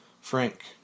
Frank